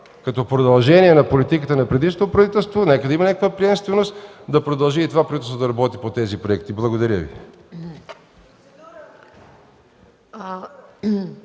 като продължение на политиката на предишното правителство. Нека да има някаква приемственост и това правителство да продължи да работи по тези проекти. Благодаря Ви.